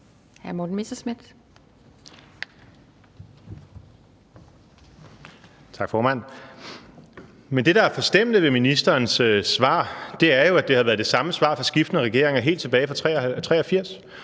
Morten Messerschmidt (DF): Tak, formand. Det, der er forstemmende ved ministerens svar, er jo, at det har været det samme svar fra skiftende regeringer helt tilbage fra 1983,